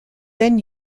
then